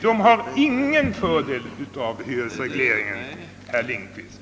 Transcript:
De har ingen fördel av hyresregleringen, herr Lindkvist.